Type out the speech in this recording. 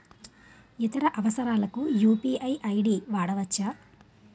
ఇతర అవసరాలకు UPI ID వాడవచ్చా?